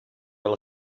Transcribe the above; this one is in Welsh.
fel